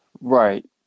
right